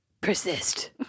persist